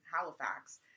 Halifax